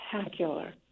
spectacular